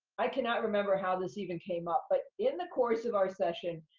i cannot remember how this even came up. but in the course of our session,